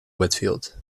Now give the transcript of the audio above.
whitfield